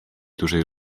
dużej